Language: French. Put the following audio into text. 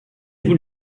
vous